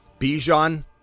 Bijan